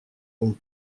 aux